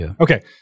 Okay